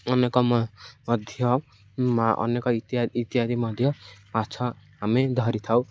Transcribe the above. ଅନେକ ମଧ୍ୟ ଅନେକ ଇତ୍ୟାଦି ଇତ୍ୟାଦି ମଧ୍ୟ ମାଛ ଆମେ ଧରିଥାଉ